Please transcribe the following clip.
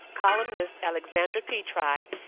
columnist alexandra petri,